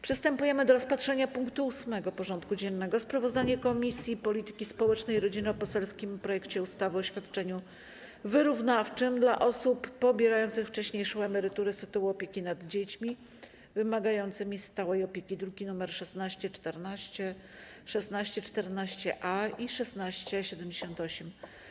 Przystępujemy do rozpatrzenia punktu 8. porządku dziennego: Sprawozdanie Komisji Polityki Społecznej i Rodziny o poselskim projekcie ustawy o świadczeniu wyrównawczym dla osób pobierających wcześniejszą emeryturę z tytułu opieki nad dziećmi wymagającymi stałej opieki (druki nr 1614, 1614-A i 1678)